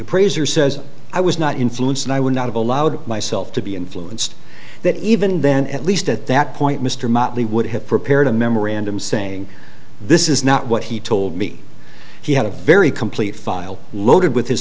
appraiser says i was not influenced and i would not have allowed myself to be influenced that even then at least at that point mr motley would have prepared a memorandum saying this is not what he told me he had a very complete file loaded with his